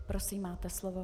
Prosím, máte slovo.